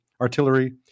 artillery